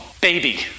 baby